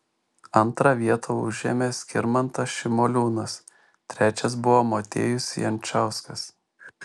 antrą vietą užėmė skirmantas šimoliūnas trečias buvo motiejus jančauskas